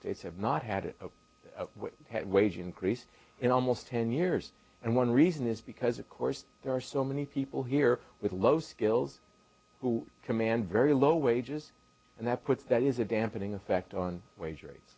states have not had a wage increase in almost ten years and one reason is because of course there are so many people here with low skills who command very low wages and that could that is a dampening effect on wage ra